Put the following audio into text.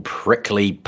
prickly